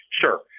Sure